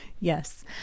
Yes